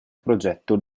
progetto